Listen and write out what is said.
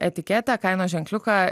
etiketę kainos ženkliuką